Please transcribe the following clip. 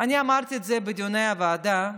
אני אמרתי את זה בדיוני הוועדה,